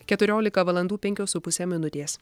keturiolika valandų penkios su puse minutės